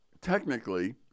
technically